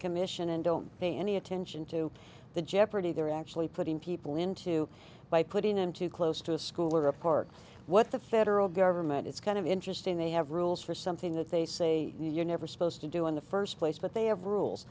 commission and don't pay any attention to the jeopardy they're actually putting people into by putting in too close to a school or a park what the federal government it's kind of interesting they have rules for something that they say you're never supposed to do in the first place but they have rules